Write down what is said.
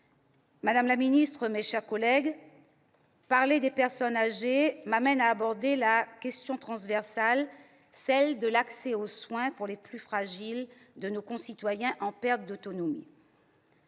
Madame la ministre, mes chers collègues, parler des personnes âgées m'amène à aborder une question transversale, celle de l'accès aux soins pour les plus fragiles de nos concitoyens en perte d'autonomie.